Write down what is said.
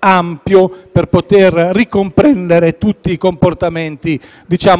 ampio per poter ricomprendere tutti i comportamenti